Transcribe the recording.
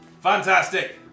Fantastic